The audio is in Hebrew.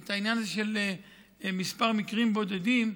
את העניין הזה של כמה מקרים בודדים,